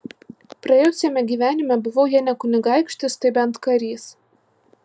praėjusiame gyvenime buvau jei ne kunigaikštis tai bent karys